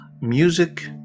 music